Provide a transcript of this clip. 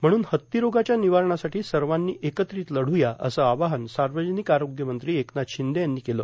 म्हणून हत्तीरोगाच्या र्णानवारणासाठी सवानी एकत्रित लढूया असं आवाहन सावर्जानक आरोग्यमंत्री एकनाथ शिंदे यांनी केलं